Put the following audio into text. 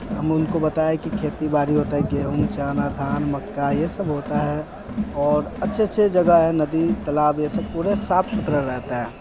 हम उनको बताए कि खेती बाड़ी होता है गेहूँ चना धान मक्का ये सब होता है और अच्छे अच्छे जगह हैं नदी तालाब ये सब पूरे साफ़ सुथरा रहता है